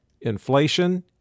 Inflation